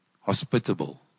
hospitable